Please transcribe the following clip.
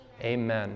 Amen